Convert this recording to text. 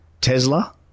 Tesla